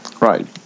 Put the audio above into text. Right